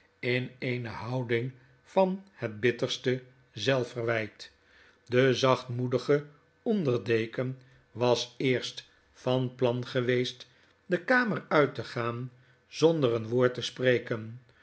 in eene houding van het bitterste zelfverwyt de zachtmoedige onder deken was eerst van plan geweest de kamer uit te gaan zonder een woora te spreken